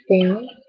down